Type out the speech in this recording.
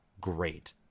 great